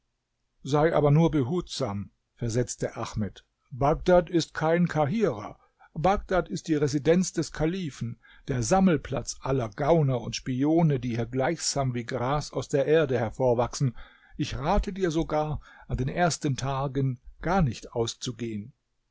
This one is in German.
sei aber nur behutsam versetzte ahmed bagdad ist kein kahirah bagdad ist die residenz des kalifen der sammelplatz aller gauner und spione die hier gleichsam wie gras aus der erde hervorwachsen ich rate dir sogar an den ersten tagen gar nicht auszugehen